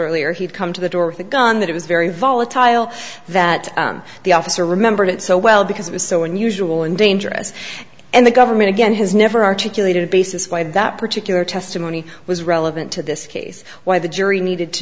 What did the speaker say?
earlier he'd come to the door with a gun that was very volatile that the officer remembered it so well because it was so unusual and dangerous and the government again has never articulated a basis why that particular testimony was relevant to this case why the jury needed to